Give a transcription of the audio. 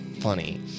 funny